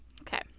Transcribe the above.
Okay